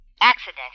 Accident